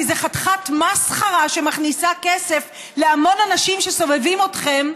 כי זה חתיכת מסחרה שמכניסה כסף להמון אנשים שסובבים אתכם,